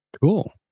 Cool